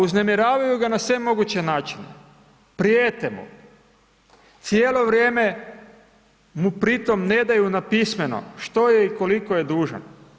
Uznemiravaju ga na sve moguće načine, prijete mu, cijelo vrijeme mu pri tome ne daju na pismeno što je i koliko je dužan.